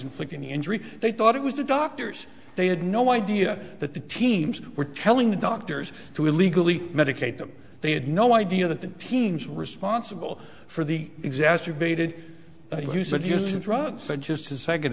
inflict any injury they thought it was the doctors they had no idea that the teams were telling the doctors to illegally medicate them they had no idea that the teams responsible for the exacerbated use of using drugs said just a second